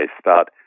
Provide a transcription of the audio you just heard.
Start